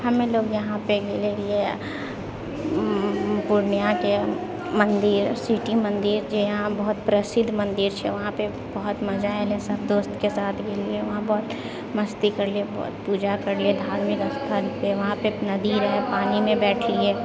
हमे लोग यहाँपर गेले रहियै पूर्णियाँके मन्दिर सिटी मन्दिर जे यहाँ बहुत प्रसिद्ध मन्दिर छै वहाँपर बहुत मजा एलै सभदोस्तके साथ गेलियै वहाँ बहुत मस्ती करलियै पूजा करलियै धार्मिक स्थलपर वहाँ पेर नदी रहै पानीमे बैसलियै